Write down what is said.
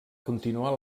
continuar